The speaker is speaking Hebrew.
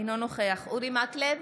אינו נוכח אורי מקלב,